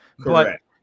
Correct